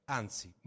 anzi